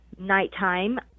nighttime